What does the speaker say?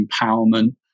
empowerment